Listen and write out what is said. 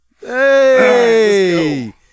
Hey